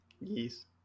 Yes